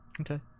okay